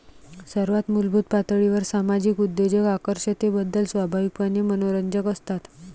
सर्वात मूलभूत पातळीवर सामाजिक उद्योजक आकर्षकतेबद्दल स्वाभाविकपणे मनोरंजक असतात